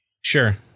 Sure